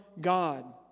God